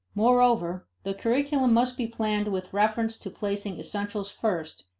moreover, the curriculum must be planned with reference to placing essentials first,